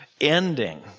ending